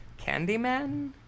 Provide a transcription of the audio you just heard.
Candyman